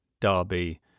derby